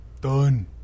Done